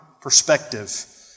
perspective